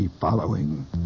following